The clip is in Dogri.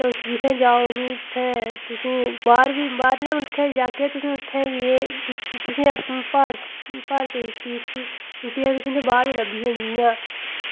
तुस जि'त्थें जाओ उ'नें ई उत्थें तुस बाह्रले मुल्खै गी जाह्गे तुसें गी उत्थें बी एह् तुसें ई भारत देश दी जेह्की रुट्टी ऐ एह् तुसें गी बाह्र गै लब्भी जानी जि'यां